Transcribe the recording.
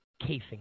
casing